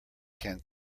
can